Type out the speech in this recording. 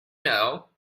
know